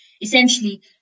Essentially